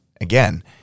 again